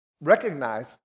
recognize